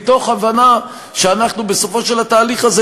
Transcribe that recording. מתוך הבנה שאנחנו בסופו של התהליך הזה